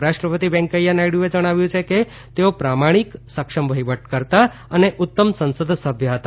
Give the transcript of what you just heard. ઉપરાષ્ટ્રપતિ વૈંકેયા નાયડુએ જણાવ્યું છે કે તેઓ પ્રામાણિક સક્ષમ વહિવટકર્તા અને ઉત્તમ સંસદ સભ્ય હતા